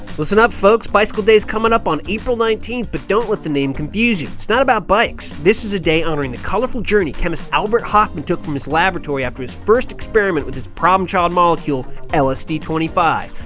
listen up folks, bicycle day is coming up on april nineteenth, but don't let the name confuse you, it's not about bikes, this is a day honoring the colorful journey chemist albert hoffman took from his laboratory after his first experiment with his problem child molecule, lsd twenty five.